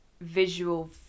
visual